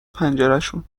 پنجرشون